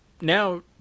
now